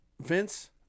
Vince